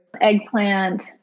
eggplant